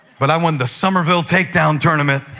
but i won the summerville takedown tournament